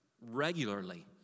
regularly